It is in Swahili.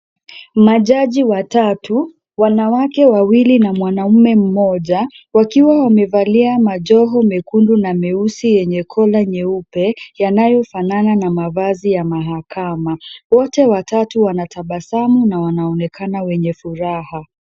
Majaji watatu, wanawake wawili na mwanamume mmoja wakiwa wamevalia majoho mekundu na meusi yenye kola nyeupe yanayofanana na mavazi ya mahakama. Wote watatu wanatabasamu na wanaonekana wenye furaha.